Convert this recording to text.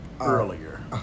earlier